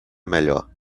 melhor